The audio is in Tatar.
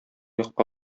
якка